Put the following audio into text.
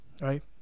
right